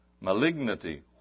malignity